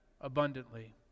abundantly